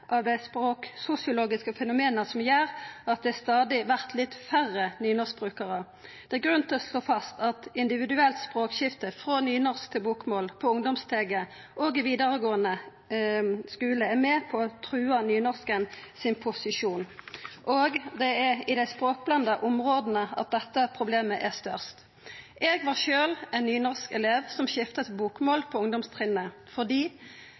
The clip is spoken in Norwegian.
av dei språksosiologiske fenomena som gjer at det stadig vert litt færre nynorsbrukarar. Det er grunn til å slå fast at individuelt språkskifte frå nynorsk til bokmål på ungdomssteget og i vidaregåande skule er med på å trua nynorsken sin posisjon, og det er i dei språkblanda områda dette problemet er størst. Eg var sjølv ein nynorskelev som skifta til bokmål på ungdomstrinnet, fordi